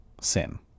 sin